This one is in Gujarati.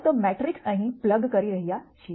ફક્ત મેટ્રિક્સ અહીં પ્લગ કરી રહ્યા છીએ